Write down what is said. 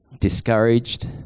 discouraged